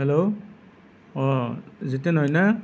hello অ জিতেন হয়নে